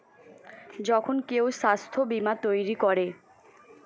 যখন কেউ স্বাস্থ্য বীমা তৈরী করে